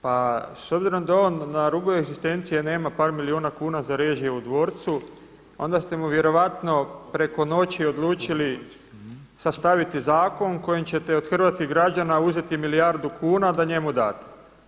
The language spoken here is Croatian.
Pa s obzirom da je on na rubu egzistencije, nema par milijuna kuna za režije u dvorcu, onda ste mu vjerojatno preko noći odlučili sastaviti zakon kojim ćete od hrvatskih građana uzeti milijardu kuna da njemu date.